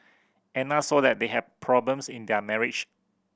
Anna saw that they had problems in their marriage